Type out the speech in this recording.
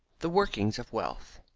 the workings of wealth.